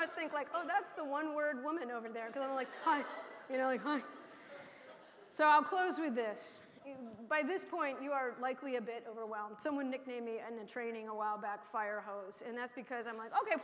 must think like oh that's the one word woman over there going like you know so i'll close with this by this point you are likely a bit overwhelmed someone nicknamed me and training a while back fire hose and that's because i'm like ok